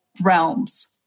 realms